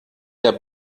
der